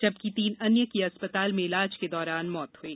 जबकि तीन अन्य की अस् ताल में इलाज के दौरान मौत हो गई